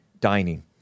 dining